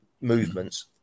movements